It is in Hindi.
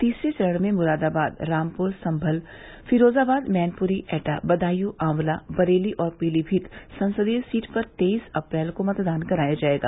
तीसरे चरण में मुरादाबाद रामपुर संभल फिरोजाबाद मैनपुरी एटा बदायूं आंवला बरेली और पीलीमीत संसदीय सीट पर तेईस अप्रैल को मतदान कराया जायेगा